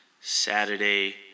Saturday